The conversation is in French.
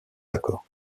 accords